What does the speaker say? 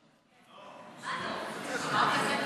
מכר את זה,